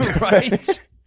Right